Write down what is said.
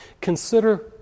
consider